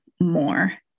more